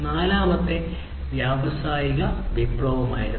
നാലാമത്തെ വ്യാവസായിക വിപ്ലവമായിരുന്നു